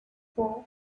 four